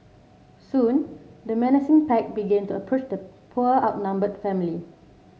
soon the menacing pack began to approach the poor outnumbered family